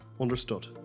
understood